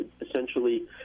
Essentially